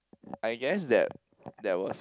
I guess that that was